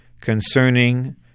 concerning